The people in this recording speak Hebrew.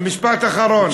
משפט אחרון.